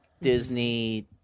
Disney